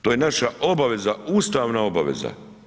To je naša obaveza, ustavna obaveza.